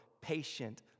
patient